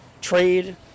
trade